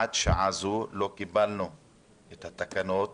שעד שעה זו לא קיבלנו את התקנות